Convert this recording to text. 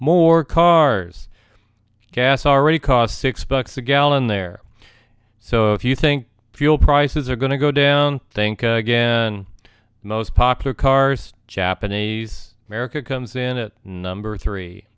more cars gas already cost six bucks a gallon there so if you think fuel prices are going to go down think again the most popular cars japanese america comes in at number three